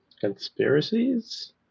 Conspiracies